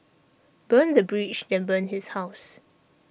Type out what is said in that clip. burn the bridge then burn his house